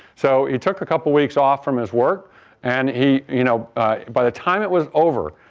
so he took a couple of weeks off from his work and he you know by the time it was over,